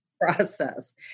process